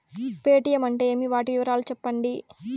Paytm అంటే ఏమి, వాటి వివరాలు సెప్పండి?